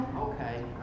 Okay